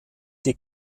die